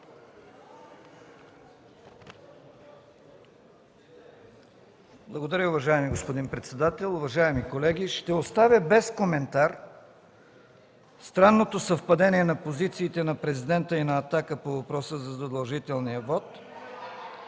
Благодаря, уважаеми господин председател. Уважаеми колеги, ще оставя без коментар странното съвпадение на позициите на Президента и на „Атака” по въпроса за задължителния вот.